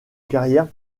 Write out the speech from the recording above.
carrière